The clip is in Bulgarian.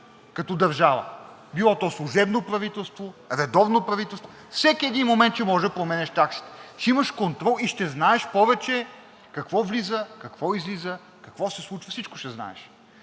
като държава – било то служебно правителство, редовно правителство. Всеки един момент ще можеш да променяш таксите, ще имаш контрол и ще знаеш повече какво влиза, какво излиза, какво се случва, всичко ще знаеш.